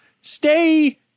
Stay